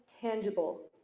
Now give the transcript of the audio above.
tangible